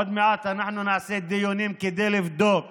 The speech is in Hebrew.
עוד מעט אנחנו נעשה דיונים כדי לבדוק